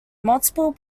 multiple